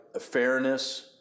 fairness